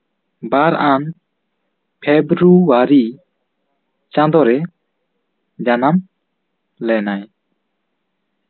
ᱵᱟᱨᱼᱟᱱ February ᱪᱟᱸᱫᱳᱨᱮ ᱡᱟᱱᱟᱢ ᱞᱮᱱᱟᱭ